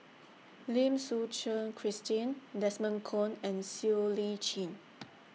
Lim Suchen Christine Desmond Kon and Siow Lee Chin